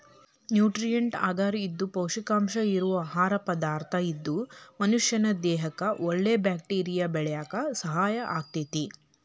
nutrient ಅಗರ್ ಇದು ಪೌಷ್ಟಿಕಾಂಶ ಇರೋ ಆಹಾರ ಪದಾರ್ಥ ಇದು ಮನಷ್ಯಾನ ದೇಹಕ್ಕಒಳ್ಳೆ ಬ್ಯಾಕ್ಟೇರಿಯಾ ಬೆಳ್ಯಾಕ ಸಹಾಯ ಆಗ್ತೇತಿ